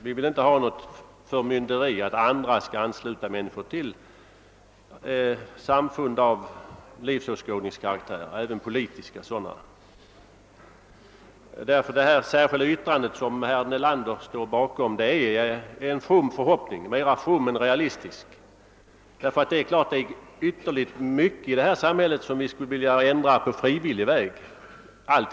Vi vill inte ha något förmynderi som innebär att andra skall ansluta människor till samfund av livsåskådningskaraktär eller politiska organisationer. Det särskilda yttrande som herr Nelander står bakom innebär en mera from än realistisk förhoppning. Naturligtvis finns det ytterligt mycket i detta samhälle som vi skulle vilja ändra på frivillig väg.